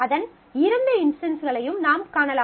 அதன் இரண்டு இன்ஸ்டன்ஸ்களையும் நாம் காணலாம்